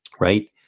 right